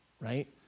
right